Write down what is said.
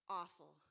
awful